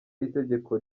itegeko